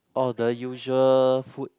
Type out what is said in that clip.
oh the usual food